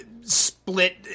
split